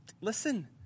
Listen